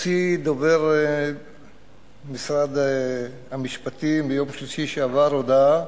הוציא דובר משרד המשפטים ביום שלישי שעבר הודעה